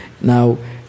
now